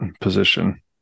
position